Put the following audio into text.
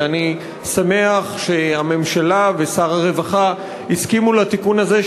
ואני שמח שהממשלה ושר הרווחה הסכימו לתיקון הזה,